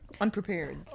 unprepared